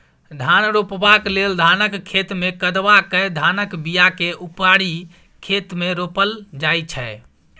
धान रोपबाक लेल धानक खेतमे कदबा कए धानक बीयाकेँ उपारि खेत मे रोपल जाइ छै